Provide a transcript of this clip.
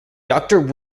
doctor